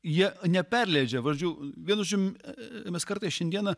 jie neperleidžia valdžių vienu žodžiu mes kartais šiandieną